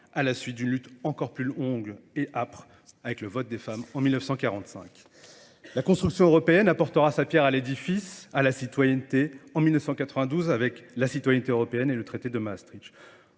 à la suite d'une lutte encore plus longue et âpre avec le vote des femmes en 1945. La construction européenne apportera sa pierre à l'édifice, à la citoyenneté en 1992 avec la citoyenneté européenne et le traité de Maastricht.